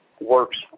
works